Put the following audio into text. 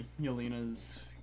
Yelena's